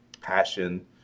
passion